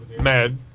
Mad